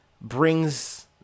brings